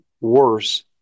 worse